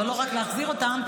אבל לא רק להחזיר אותם,